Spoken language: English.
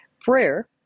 prayer